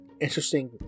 interesting